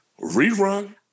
Rerun